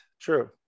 true